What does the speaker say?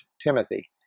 Timothy